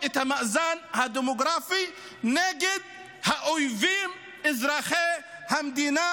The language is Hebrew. את המאזן הדמוגרפי נגד האויבים אזרחי המדינה,